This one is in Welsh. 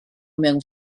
mewn